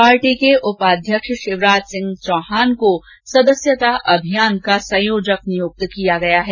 party के उपाध्यक्ष शिवराज सिंह चौहान को सदस्यता अभियान का संयोजक नियुक्त किया गया है